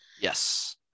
Yes